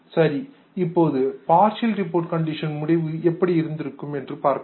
சரி இப்போது partial report condition முடிவு எப்படி இருந்திருக்கும் என்று பார்க்கலாம்